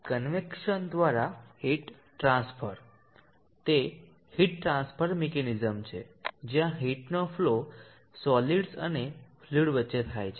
convection દ્વારા heat transfer તે heat transfer mechanism છે જ્યાં હીટનો ફલો સોલીડ્સ અને ફ્લુઈડ વચ્ચે થાય છે